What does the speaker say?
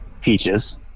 peaches